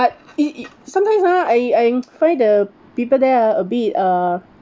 but it it sometimes ah I I find the people there ah a bit uh